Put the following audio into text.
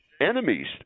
enemies